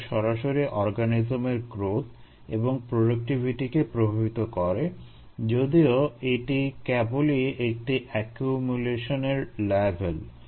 DO সরাসরি অর্গানিজমের growth এবং প্রোডাক্টিভিটিকে প্রভাবিত করে যদিও এটি কেবলই একটি একিউমুলেশনের লেভেল